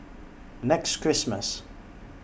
next Christmas